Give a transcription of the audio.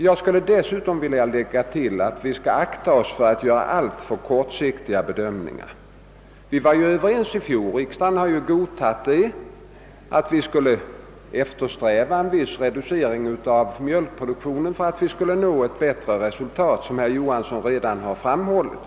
Jag vill tillägga att vi skall akta oss för att göra alltför kortsiktiga bedömningar. Vi var ju i fjol i riksdagen överens om att vi skall eftersträva en viss reducering av mjölkproduktionen för att vi skall nå bättre resultat, såsom herr Johanson redan har framhållit.